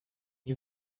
you